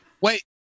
wait